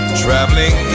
traveling